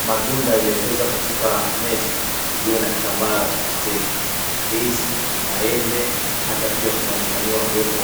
Matunda iliekezwa katika meza iliyo na kitambara cha kitenge. Ndizi, maembe, hata pia kunaonekaniwa uwepo